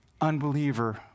unbeliever